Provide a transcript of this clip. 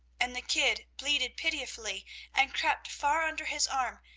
and the kid bleated pitifully and crept far under his arm,